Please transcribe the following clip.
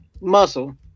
muscle